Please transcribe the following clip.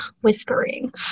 whispering